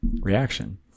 reaction